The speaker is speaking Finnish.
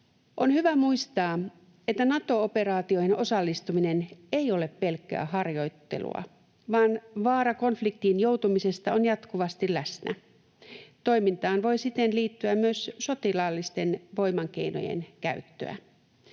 On hyvä muistaa, että Nato-operaatioihin osallistuminen ei ole pelkkää harjoittelua vaan vaara konfliktiin joutumisesta on jatkuvasti läsnä. Toimintaan voi siten liittyä myös sotilaallisten voimakeinojen käyttöä.